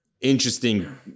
interesting